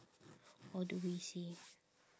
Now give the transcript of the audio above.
all the way seh